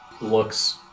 looks